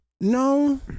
no